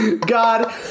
God